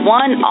one